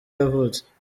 yavutse